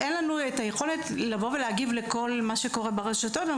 אין לנו היכולת להגיב לכל מה שקורה ברשתות ואני